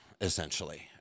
essentially